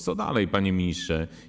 Co dalej, panie ministrze?